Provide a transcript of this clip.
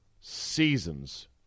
seasons